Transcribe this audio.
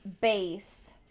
base